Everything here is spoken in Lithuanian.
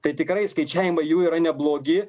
tai tikrai skaičiavimai jų yra neblogi